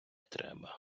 треба